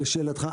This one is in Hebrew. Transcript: לשאלתך,